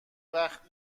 وخت